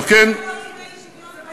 זה ביקום מקביל אתה מוריד, לא אצלנו.